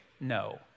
No